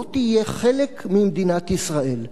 לא תהיה חלק ממדינת ישראל.